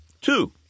Two